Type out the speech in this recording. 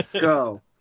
go